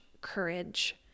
courage